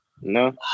No